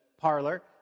parlor